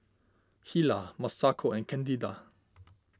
Hilah Masako and Candida